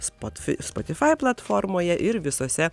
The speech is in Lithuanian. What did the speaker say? spotfi spotify platformoje ir visose